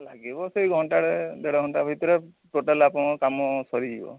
ଲାଗିବ ସେଇ ଘଣ୍ଟାଟେ ଦେଢ଼ ଘଣ୍ଟା ଭିତରେ ଟୋଟାଲ୍ ଆପଣଙ୍କର କାମ ସରିଯିବ